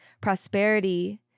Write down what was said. prosperity